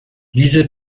diese